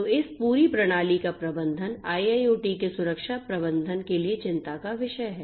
तो इस पूरी प्रणाली का प्रबंधन IIoT के सुरक्षा प्रबंधन के लिए चिंता का विषय है